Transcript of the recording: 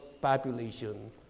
population